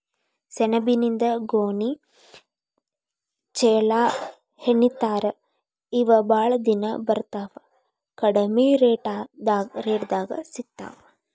ಸೆಣಬಿನಿಂದ ಗೋಣಿ ಚೇಲಾಹೆಣಿತಾರ ಇವ ಬಾಳ ದಿನಾ ಬರತಾವ ಕಡಮಿ ರೇಟದಾಗ ಸಿಗತಾವ